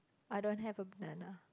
I don't have a banana